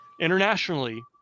internationally